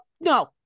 no